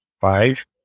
five